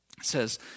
says